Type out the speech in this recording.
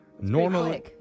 Normally